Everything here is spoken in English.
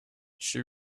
she